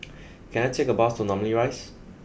can I take a bus to Namly Rise